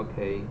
okay